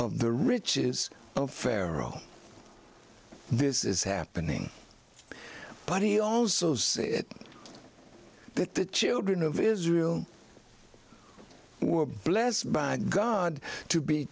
of the riches of pharaoh this is happening but he also said that the children of israel were blessed by god to be